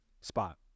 spot